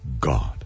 God